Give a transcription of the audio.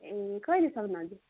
ए कहिलेसम्म हजुर